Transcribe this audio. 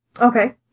Okay